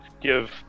give